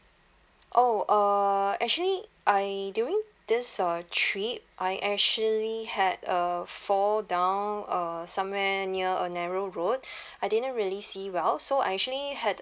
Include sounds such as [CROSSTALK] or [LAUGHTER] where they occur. oh uh actually I during this uh trip I actually had a fall down uh somewhere near a narrow road [BREATH] I didn't really see well so I actually had a